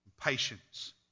patience